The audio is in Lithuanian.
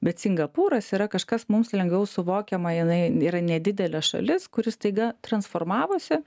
bet singapūras yra kažkas mums lengviau suvokiama jinai yra nedidelė šalis kuri staiga transformavosi